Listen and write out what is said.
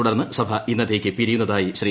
തുടർന്ന് സഭ ഇന്നത്തേക്ക് ബഹളം പിരിയുന്നതായി ശ്രീ